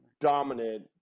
dominant